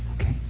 Okay